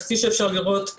אז כפי שאפשר לראות,